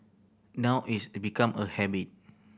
now it's become a habit